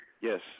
Yes